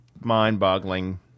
mind-boggling